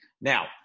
Now